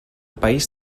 país